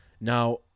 Now